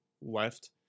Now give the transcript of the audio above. left